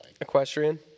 Equestrian